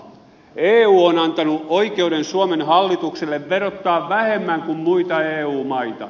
eu on antanut oikeuden suomen hallitukselle verottaa vähemmän kuin muita eu maita